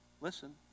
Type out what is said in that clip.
listen